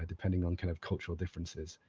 ah depending on kind of cultural differences.